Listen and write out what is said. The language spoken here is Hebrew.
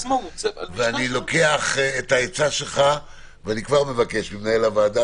אני לוקח את העצה שלך ואני כבר מבקש ממנהל הוועדה,